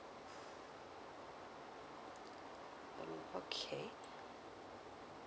okay